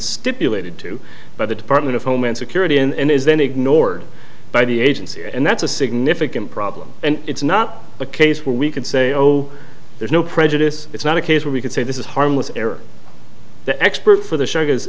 stipulated to by the department of homeland security and is then ignored by the agency and that's a significant problem and it's not a case where we can say oh there's no prejudice it's not a case where we can say this is harmless error the expert for the sh